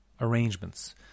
arrangements